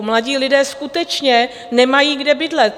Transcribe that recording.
Mladí lidé skutečně nemají kde bydlet.